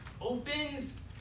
opens